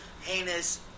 heinous